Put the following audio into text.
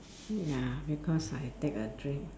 ya because I take a drink